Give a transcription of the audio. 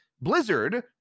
blizzard